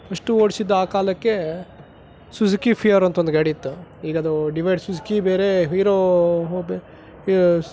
ಅಷ್ಟು ಓಡ್ಸಿದ ಆ ಕಾಲಕ್ಕೆ ಸುಝುಕಿ ಫಿಯಾರೋ ಅಂತ ಒಂದು ಗಾಡಿ ಇತ್ತು ಈಗ ಅದು ಡಿವೈಡ್ ಸುಝುಕಿ ಬೇರೆ ಹೀರೊ ಬೇ ಹ್ಞೂ